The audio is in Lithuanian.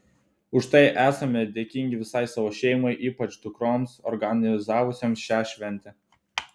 už tai esami dėkingi visai savo šeimai ypač dukroms organizavusioms šią šventę